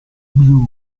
blue